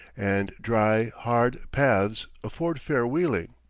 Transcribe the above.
and dry, hard, paths afford fair wheeling.